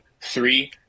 three